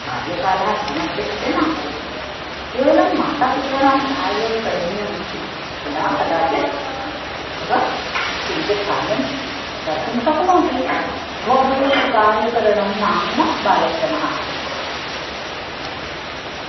बाल्यकालः श्रमस्य कृते नास्ति केवलं मातापितॄणां सहायः करणीयः अस्ति तदा कदाचित् सः किञ्चित् कार्यं कर्तुं शक्नोति स्वगृहेषु कार्यकरणं नाम न बालश्रमः